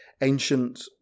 ancient